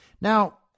Now